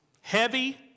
Heavy